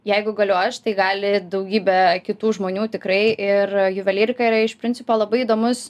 jeigu galiu aš tai gali daugybė kitų žmonių tikrai ir juvelyrika yra iš principo labai įdomus